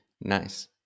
Nice